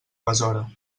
besora